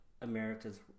America's